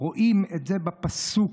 רואים את זה בפסוק